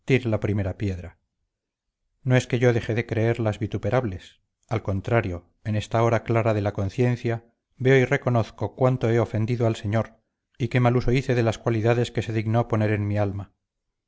la primera piedra no es que yo deje de creerlas vituperables al contrario en esta hora clara de la conciencia veo y reconozco cuánto he ofendido al señor y qué mal uso hice de las cualidades que se dignó poner en mi alma